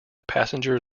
passenger